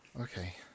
Okay